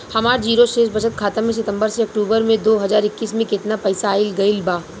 हमार जीरो शेष बचत खाता में सितंबर से अक्तूबर में दो हज़ार इक्कीस में केतना पइसा आइल गइल बा?